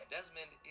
Desmond